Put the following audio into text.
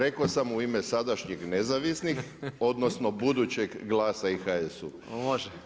Rekao sam u ime sadašnjih nezavisnih, odnosno budućeg Glasa i HSU.